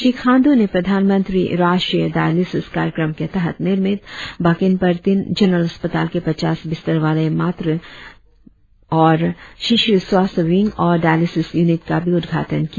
श्री खाण्डू ने प्रधानमंत्री राष्ट्रीय डायलिसिस कार्यक्रम के तहत निर्मित बाकिन पार्टिन जनरल अस्पताल के पचास बिस्तर वाले मातृ और शिशु स्वास्थ्य विंग और डायलिसिस यूनिट का भी उद्याटन किया